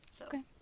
Okay